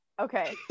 okay